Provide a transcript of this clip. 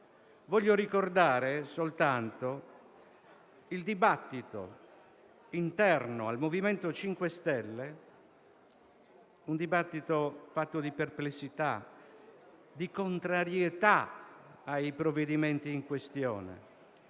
Voglio ricordare soltanto il dibattito interno al MoVimento 5 Stelle, fatto di perplessità e contrarietà ai provvedimenti in questione.